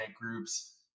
groups